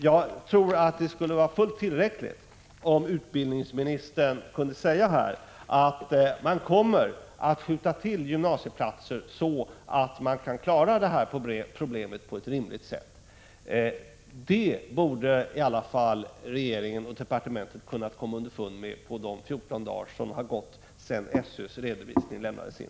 Jag tror att det skulle vara fullt tillräckligt om utbildningsministern här kunde säga att man kommer att skjuta till gymnasieplatser så att man kan klara det här problemet på ett rimligt sätt. Det borde i alla fall regeringen och departementet kunna komma underfund med på de 14 dagar som har gått sedan SÖ:s redovisning lämnades in.